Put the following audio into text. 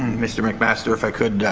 mister mcmaster, if i could,